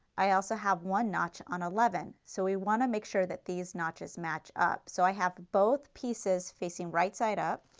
i also have one notch on eleven. so we want to make sure that these notches match up. so i have both pieces facing right side up.